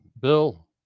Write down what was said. Bill